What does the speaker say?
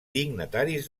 dignataris